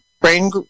brain